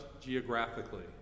geographically